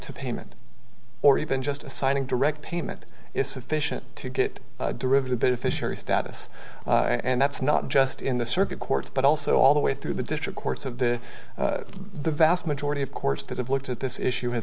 to payment or even just assigning direct payment is sufficient to get derivative beneficiary status and that's not just in the circuit court but also all the way through the district courts of the the vast majority of course that have looked at this issue